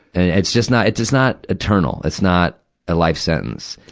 and, it's just not, it's just not eternal. it's not a life sentence.